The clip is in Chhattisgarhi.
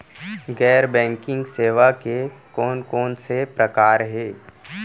गैर बैंकिंग सेवा के कोन कोन से प्रकार हे?